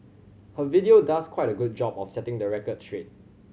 her video does quite a good job of setting the record straight